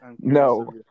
No